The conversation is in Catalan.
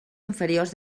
inferiors